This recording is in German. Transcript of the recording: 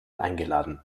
eingeladen